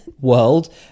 world